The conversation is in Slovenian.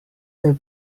tej